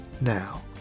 now